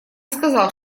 сказал